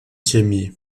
chemie